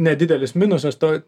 nedidelis minusas to